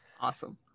Awesome